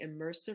immersive